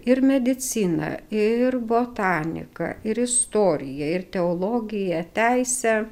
ir mediciną ir botaniką ir istoriją ir teologiją teisę